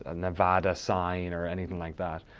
ah nevada sign or anything like that.